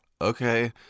okay